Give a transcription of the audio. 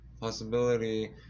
possibility